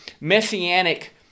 messianic